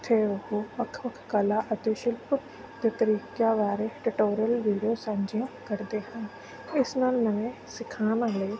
ਜਿੱਥੇ ਉਹ ਵੱਖ ਵੱਖ ਕਲਾ ਅਤੇ ਸ਼ਿਲਪ ਦੇ ਤਰੀਕਿਆਂ ਬਾਰੇ ਟਟੋਰਲ ਵੀਡੀਓ ਸਾਂਝੀਆਂ ਕਰਦੇ ਹਨ ਇਸ ਨਾਲ ਨਵੇਂ ਸਿਖਾਉਣ ਵਾਲੇ